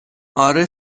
آره